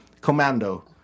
Commando